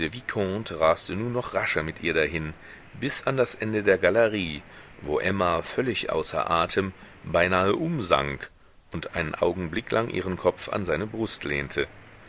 raste nur noch rascher mit ihr dahin bis an das ende der galerie wo emma völlig außer atem beinahe umsank und einen augenblick lang ihren kopf an seine brust lehnte